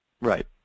Right